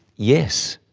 yes,